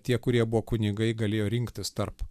tie kurie buvo kunigai galėjo rinktis tarp